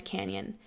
Canyon